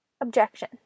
Objection